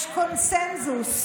יש קונסנזוס,